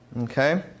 Okay